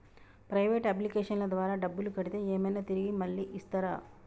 Private అప్లికేషన్ల ద్వారా డబ్బులు కడితే ఏమైనా తిరిగి మళ్ళీ ఇస్తరా?